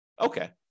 Okay